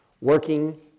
working